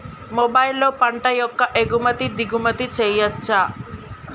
మొబైల్లో పంట యొక్క ఎగుమతి దిగుమతి చెయ్యచ్చా?